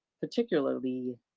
particularly